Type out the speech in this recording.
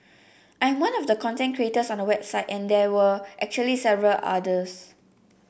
I am one of the content creators on the website and there were actually several others